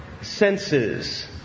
senses